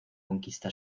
conquista